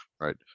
right